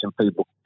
people